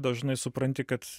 dažnai supranti kad